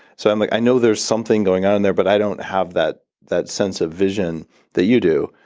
so i'm like i know there's something going on in there, but i don't have that that sense of vision that you do.